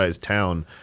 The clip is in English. Town